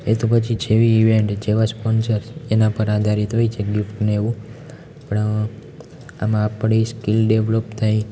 એતો પછી જેવી ઇવેંટ જેવા સ્પોન્સર એના પર આધારિત હોય છે ગિફ્ટને એવું પણ આમાં આપણી સ્કિલ ડેવલપ થાય